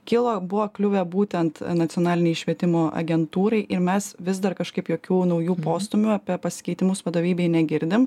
kilo buvo kliuvę būtent nacionalinei švietimo agentūrai ir mes vis dar kažkaip jokių naujų postūmių apie pasikeitimus vadovybėj negirdim